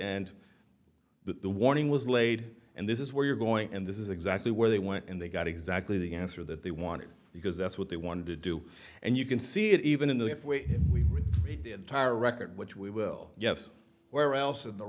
that the warning was laid and this is where you're going and this is exactly where they went and they got exactly the answer that they wanted because that's what they wanted to do and you can see it even in the if we did tire record which we will yes where else in the